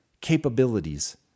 capabilities